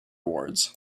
awards